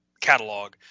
catalog